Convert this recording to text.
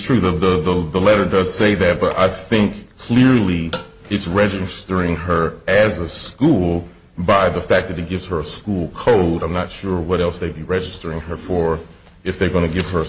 true the letter does say that but i think clearly it's registering her as a school by the fact that he gives her school code i'm not sure what else they be registering her for if they're going to give her